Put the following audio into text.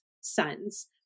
sons